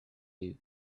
you